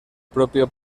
propio